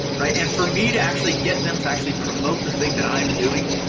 right? and for me to actually get them to actually promote the thing that i'm doing,